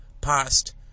past